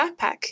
backpack